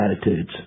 attitudes